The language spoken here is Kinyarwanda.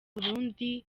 burundi